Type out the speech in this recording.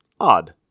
Odd